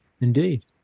Indeed